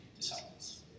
disciples